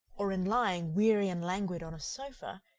or in lying, weary and languid, on a sofa,